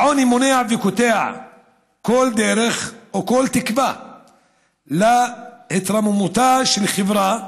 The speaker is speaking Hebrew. העוני מונע וקוטע כל דרך או כל תקווה להתרוממותה של חברה,